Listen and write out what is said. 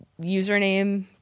username